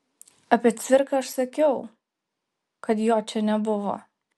apie cviką aš sakiau kad jo čia nebuvo